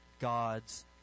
God's